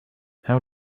how